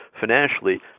financially